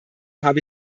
habe